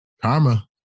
Karma